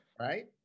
Right